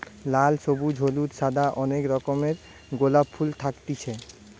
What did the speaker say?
লাল, সবুজ, হলুদ, সাদা অনেক রকমের গোলাপ ফুল থাকতিছে